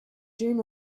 dream